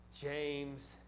James